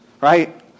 right